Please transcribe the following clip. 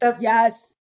Yes